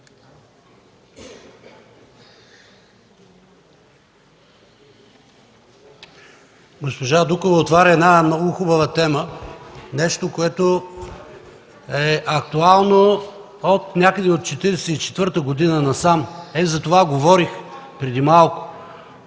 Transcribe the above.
Госпожа Дукова отваря много хубава тема – нещо, което е актуално някъде от 1944 г. насам. За това говорих преди малко.